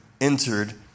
entered